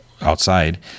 outside